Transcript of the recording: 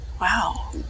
Wow